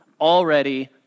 already